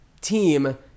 team